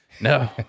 no